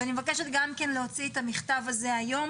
ואני מבקשת גם כן להוציא את המכתב הזה היום